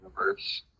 universe